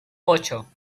ocho